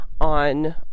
on